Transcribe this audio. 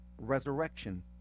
resurrection